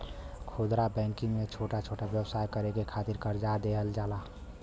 खुदरा बैंकिंग में छोटा छोटा व्यवसाय करे के खातिर करजा देवल जाला